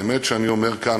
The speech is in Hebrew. האמת שאני אומר כאן,